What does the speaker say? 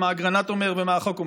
מה אגרנט אומר ומה החוק אומר,